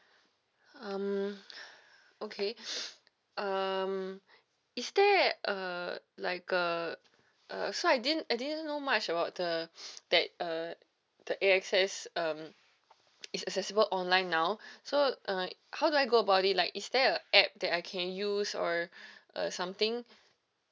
um okay um is there a like uh uh so I didn't I didn't know much about the that uh the A_X_S um it's accessible online now so uh how do I go about it like is there a app that I can use or uh something